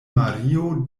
mario